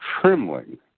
trembling